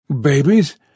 Babies